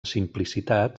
simplicitat